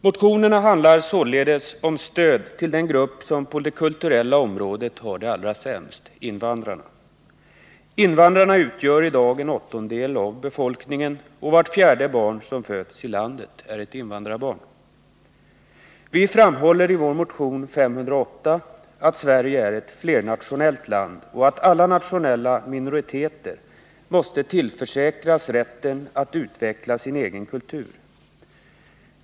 Motionerna handlar således om stöd till den grupp som på det kulturella området har det allra sämst — invandrarna. Invandrarna utgör i dag en åttondel av befolkningen och vart fjärde barn som föds i landet är ett invandrarbarn. Vi framhåller i vår motion 508 att Sverige är ett flernationellt land och att alla nationella minoriteter måste tillförsäkras rätten att utveckla sin egen kultur.